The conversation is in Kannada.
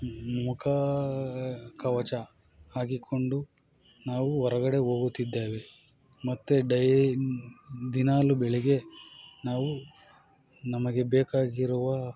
ಮುಖ ಕವಚ ಹಾಕಿಕೊಂಡು ನಾವು ಹೊರಗಡೆ ಹೋಗುತ್ತಿದ್ದೇವೆ ಮತ್ತೆ ಡೈ ದಿನಾಲು ಬೆಳಿಗ್ಗೆ ನಾವು ನಮಗೆ ಬೇಕಾಗಿರುವ